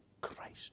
Christ